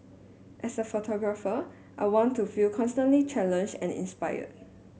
as a photographer I want to feel constantly challenged and inspired